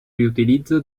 riutilizzo